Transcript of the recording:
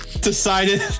decided